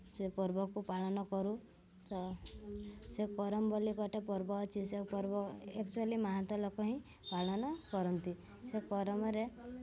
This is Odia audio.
ସେ ପର୍ବକୁ ପାଳନ କରୁ ତ ସେ କରମ ବୋଲି ଗୋଟେ ପର୍ବ ଅଛି ସେ ପର୍ବ ଏକଚୁଆଲି ମାହାନ୍ତ ଲୋକ ହିଁ ପାଳନ କରନ୍ତି ସେ କରମରେ